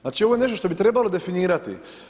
Znači, ov je nešto što bi trebalo definirati.